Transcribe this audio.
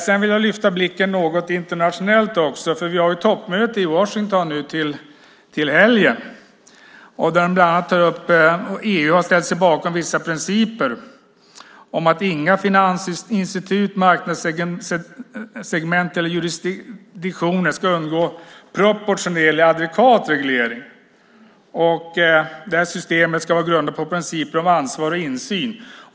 Sedan vill jag lyfta blicken något till det internationella också. Vi har ju toppmöte i Washington nu till helgen. EU har ställt sig bakom vissa principer om att inga finansinstitut, marknadssegment eller någon jurisdiktion ska undgå proportionerlig adekvat reglering. Det systemet ska vara grundat på principer om ansvar och insyn.